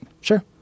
Sure